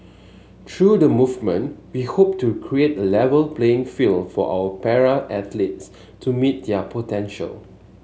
through the movement we hope to create A Level playing field for our para athletes to meet their potential